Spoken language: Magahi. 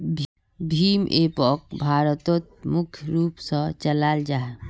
भीम एपोक भारतोत मुख्य रूप से चलाल जाहा